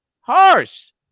harsh